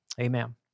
amen